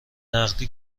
نقدی